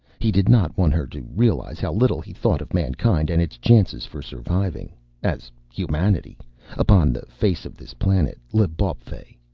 he did not want her to realize how little he thought of mankind and its chances for surviving as humanity upon the face of this planet, l'bawpfey.